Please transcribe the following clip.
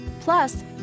Plus